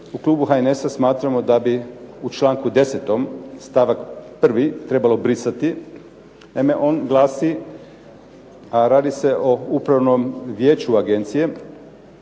u Klubu HNS-a smatramo da bi u članku 10. stavak prvi trebalo brisati. Naime, on glasi, radi se o upravnom vijeću agencije.